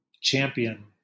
champion